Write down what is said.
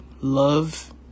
love